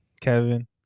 Kevin